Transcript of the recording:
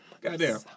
Goddamn